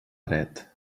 dret